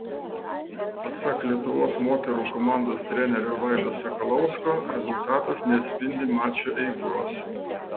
pasak lietuvos moterų komandos trenerio vaido sakalausko rezultatas neatspindi mačo eigos